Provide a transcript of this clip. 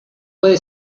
puede